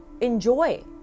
enjoy